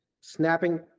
snapping